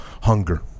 hunger